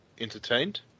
entertained